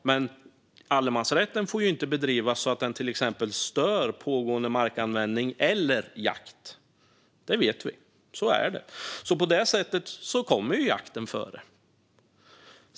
Men allemansrätten får inte brukas så att den till exempel stör pågående markanvändning eller jakt. Det vet vi. Så är det. På det sättet kommer jakten före.